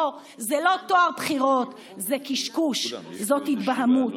לא, זה לא טוהר בחירות, זה קשקוש, זאת התבהמות.